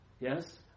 Yes